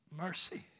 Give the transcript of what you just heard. mercy